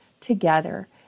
together